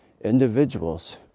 individuals